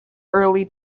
early